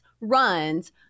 runs